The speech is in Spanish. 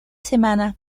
semana